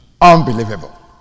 Unbelievable